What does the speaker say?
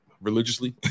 religiously